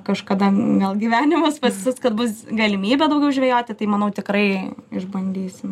kažkada gal gyvenimas pasisuks kad bus galimybė daugiau žvejoti tai manau tikrai išbandysim